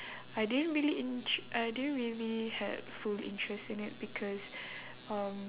I didn't really int~ I didn't really had full interest in it because um